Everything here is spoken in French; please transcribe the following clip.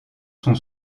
sont